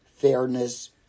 fairness